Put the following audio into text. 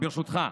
ברשותך.